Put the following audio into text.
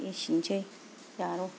एसेनोसै